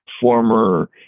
former